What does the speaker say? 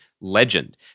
legend